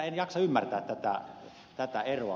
en jaksa ymmärtää tätä eroa